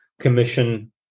commission